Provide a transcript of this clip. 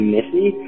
Missy